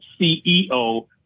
CEO